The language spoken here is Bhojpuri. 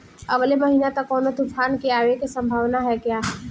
अगले महीना तक कौनो तूफान के आवे के संभावाना है क्या?